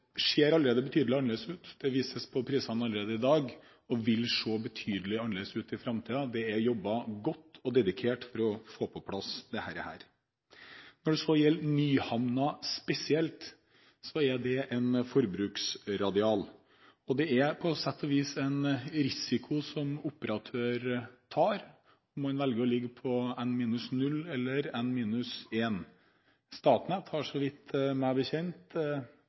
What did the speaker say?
ser allerede betydelig annerledes ut. Det vises på prisene allerede i dag, og vil se betydelig annerledes ut i framtiden. Det er jobbet godt og dedikert for å få dette på plass. Når det gjelder Nyhamna spesielt, er det en forbruksradial. Det er på sett og vis en risiko som operatør tar, om man velger å ligge på N-0 eller N-1. Statnett har, så vidt